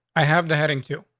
i have the heading to,